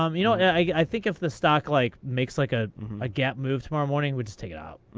um you know, i think if the stock like makes like ah a gap move tomorrow morning, we just take it out.